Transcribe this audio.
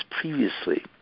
previously